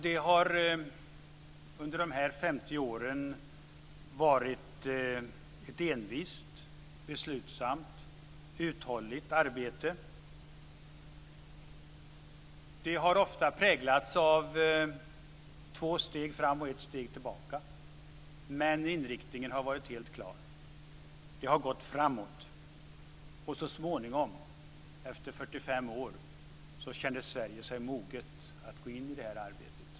Det har under de 50 åren varit ett envist, beslutsamt och uthålligt arbete. Det har ofta präglats av två steg fram och ett steg tillbaka. Men inriktningen har varit helt klar. Det har gått framåt. Så småningom, efter 45 år, kände Sverige sig moget att gå in i det här arbetet.